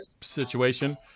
situation